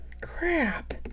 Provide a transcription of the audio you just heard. Crap